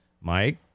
Mike